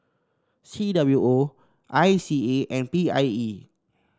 C W O I C A and P I E